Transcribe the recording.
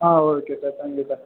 ah okay sir thank you sir